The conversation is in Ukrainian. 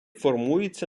формується